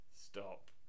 stop